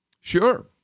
Sure